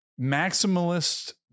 maximalist